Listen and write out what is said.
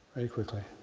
very quickly.